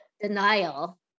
denial